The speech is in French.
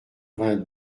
vingt